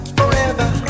forever